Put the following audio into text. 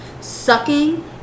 sucking